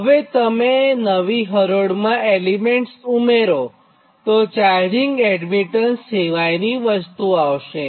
હવે તમે નવી હરોળમાં એલિમેન્ટસ ઉમેરો તો ચાર્જિંગ એડમીટન્સ સિવાયની વસ્તુ આવશે